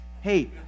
hey